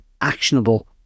actionable